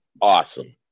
awesome